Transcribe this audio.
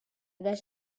guess